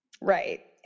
right